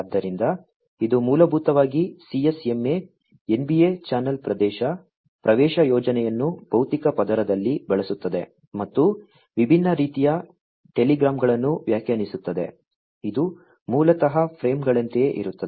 ಆದ್ದರಿಂದ ಇದು ಮೂಲಭೂತವಾಗಿ CSMA NBA ಚಾನಲ್ ಪ್ರವೇಶ ಯೋಜನೆಯನ್ನು ಭೌತಿಕ ಪದರದಲ್ಲಿ ಬಳಸುತ್ತದೆ ಮತ್ತು ವಿಭಿನ್ನ ರೀತಿಯ ಟೆಲಿಗ್ರಾಮ್ಗಳನ್ನು ವ್ಯಾಖ್ಯಾನಿಸುತ್ತದೆ ಇದು ಮೂಲತಃ ಫ್ರೇಮ್ಗಳಂತೆಯೇ ಇರುತ್ತದೆ